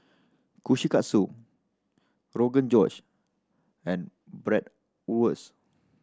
Kushikatsu Rogan Josh and Bratwurst